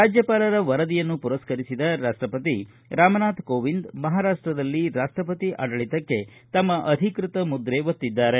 ರಾಜ್ಯಪಾಲರ ವರದಿಯನ್ನು ಪುರಸ್ಕರಿಸಿದ ರಾಷ್ಟಪತಿ ರಾಮನಾಥ್ ಕೋವಿಂದ್ ಮಹಾರಾಷ್ಟದಲ್ಲಿ ರಾಷ್ಟಪತಿ ಆಡಳತಕ್ಕೆ ತಮ್ನ ಅಧಿಕೃತ ಮುದ್ರೆ ಒತ್ತಿದ್ದಾರೆ